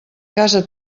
casa